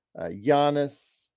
Giannis